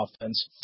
offense